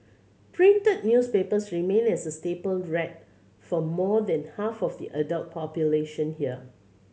printed newspapers remain a staple read for more than half of the adult population here